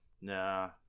Nah